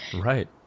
right